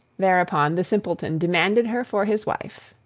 thereupon the simpleton demanded her for his wife,